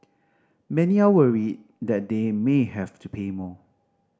many are worried that they may have to pay more